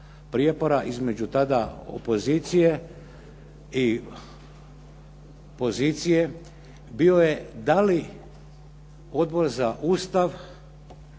prijepora između tada opozicije i pozicije bio je da li Odbor za Ustav,